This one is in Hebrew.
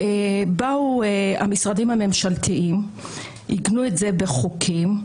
באו המשרדים הממשלתיים, עיגנו את זה בחוקים,